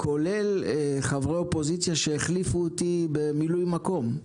כולל חברי אופוזיציה שהחליפו אותי במילוי מקום,